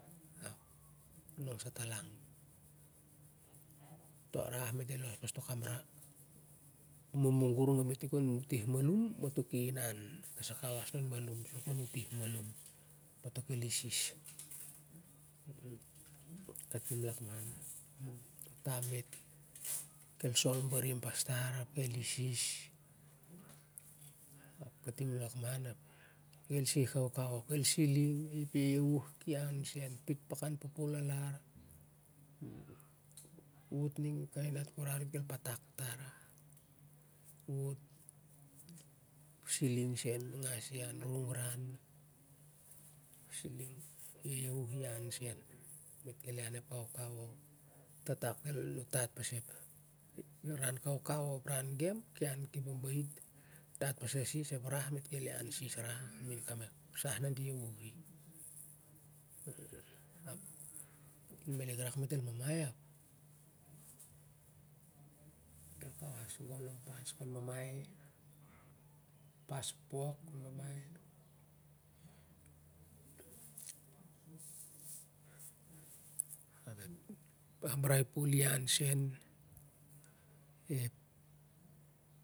To kirai tintin lar ep kirai nun e santu ep brekop ma ep sah, mit wok ining to wok tong lakman ap mit kes lalaun irak it sa mit utih malum kon kak kasai lon malum kasai lo mmai kasai lon barim, kes kes tong lakuman irak it sa lar saning ningan taem to kirai tintin mit tur kiom ep komuniti mit tur kiom kon toloi limam mit kon tarai dit gosgos on i ning toh kirai tintin lar ep gosgos toh mang isgis ian sen na mit re a dit barbah, buntuturai na uring na dit ki armati tar ap mit sa ma bar tarai bulumur sa ma na mit anong an lakman mit toloi ep lakman tong lakman mit kes mit inan mit el baba it mit el baba it mit el baba it dat sis kan lon ep wak kirai kobot mit el los i kasai gali mit el tun i ep tarai dit el wot dit el low sis matan to baran ki kawas sen a lo mit sen a lo ep baba it on to tawm rop